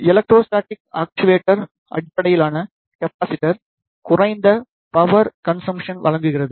electrostatic actuator அடிப்படையிலான capacitor குறைந்த power consumption வழங்குகிறது